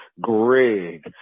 Greg